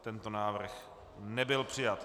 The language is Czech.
Tento návrh nebyl přijat.